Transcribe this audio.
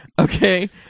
Okay